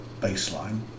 baseline